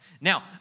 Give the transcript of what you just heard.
Now